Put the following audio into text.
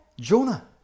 Jonah